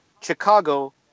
Chicago